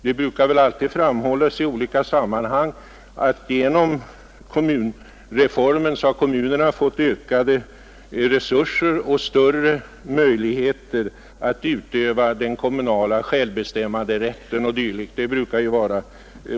Det brukar ju framhållas i sådana här sammanhang att genom kommunreformen har kommunerna fått ökade resurser och större möjligheter att utöva den kommunala självbestämmanderätten.